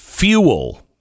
Fuel